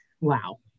Wow